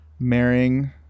Marrying